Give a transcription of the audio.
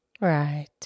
Right